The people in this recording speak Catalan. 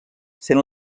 sent